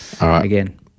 again